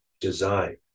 design